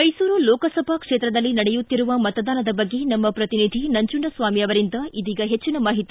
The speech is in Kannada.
ಮ್ಮೆಸೂರು ಲೋಕಸಭಾ ಕ್ಷೇತ್ರದಲ್ಲಿ ನಡೆಯುತ್ತಿರುವ ಮತದಾನದ ಬಗ್ಗೆ ನಮ್ನ ಪ್ರತಿನಿಧಿ ನಂಜುಂಡಸ್ವಾಮಿ ಅವರಿಂದ ಇದೀಗ ಹೆಚ್ಚಿನ ಮಾಹಿತಿ